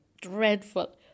dreadful